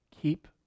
Keep